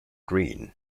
green